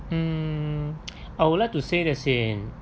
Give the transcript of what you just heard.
mm I would like to say as in